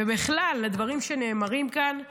והדברים שנאמרים כאן בכלל,